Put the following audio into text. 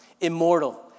immortal